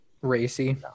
Racy